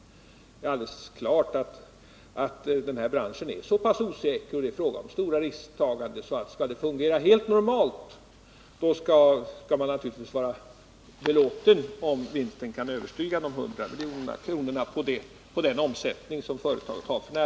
Det är alldeles klart att denna bransch är osäker. Det är fråga om stora risktaganden. Skall det fungera helt normalt bör man naturligtvis vara belåten om vinsten kan överstiga de hundra miljonerna på den omsättning företaget har f. n.